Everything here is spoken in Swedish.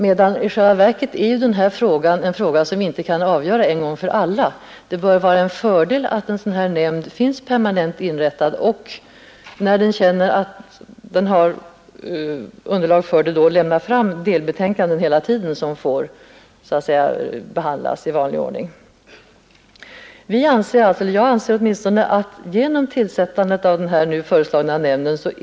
Men i själva verket är det här en fråga som inte kan avgöras en gång för alla, och det bör vara en fördel att det finns en permanent inrättad nämnd som allteftersom — när den känner att det finns underlag för det — kan lämna fram delbetänkanden som får behandlas i vanlig ordning. Jag anser alltså att kraven i motionen är tillgodosedda genom tillsättandet av den här nämnden.